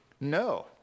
No